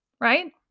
right